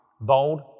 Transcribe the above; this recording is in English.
bold